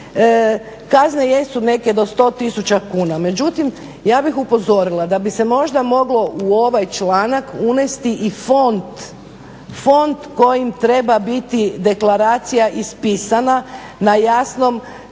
kazne jesu neke do 100 000 kuna, međutim ja bih upozorila da bi se možda moglo u ovaj članak unesti i font kojim treba biti deklaracija ispisana na jasnom,